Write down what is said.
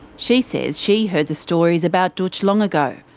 she says she heard the stories about dootch long ago.